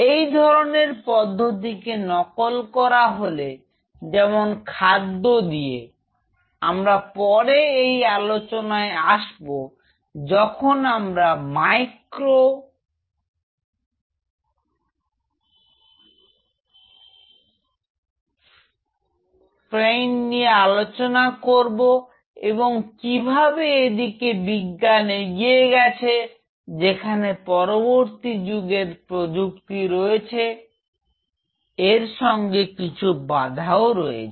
এই ধরনের পদ্ধতি কে নকল করা হলে যেমন খাদ্য দিয়ে আমরা পরে এই আলোচনায় আসব যখন আমরা মাইক্রো ফ্রেন্ড নিয়ে আলোচনা করবো এবং কিভাবে এই দিকে বিজ্ঞান এগিয়ে গেছে যেখানে পরবর্তী যুগের প্রযুক্তি রয়েছে এর সঙ্গে তার কিছু বাধা রয়েছে